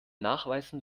nachweisen